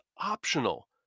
optional